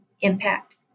impact